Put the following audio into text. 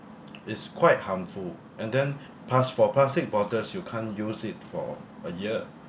is quite harmful and then plus for plastic bottles you can't use it for a year